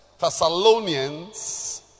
Thessalonians